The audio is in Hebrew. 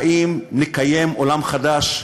האם נקיים עולם חדש,